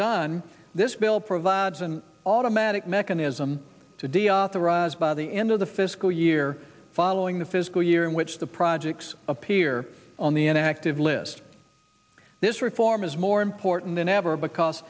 done this bill provides an automatic mechanism to deal with the rise by the end of the fiscal year following the fiscal year in which the projects appear on the inactive list this reform is more important than ever because